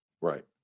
Right